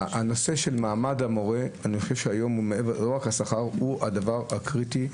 נושא מעמד המורה, מעבר לשכר, הוא הדבר הקריטי.